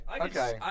Okay